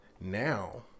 now